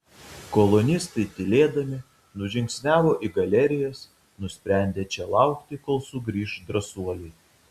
kolonistai tylėdami nužingsniavo į galerijas nusprendę čia laukti kol sugrįš drąsuoliai